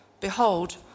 Behold